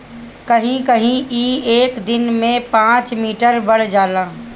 कहीं कहीं ई एक दिन में पाँच मीटर बढ़ जाला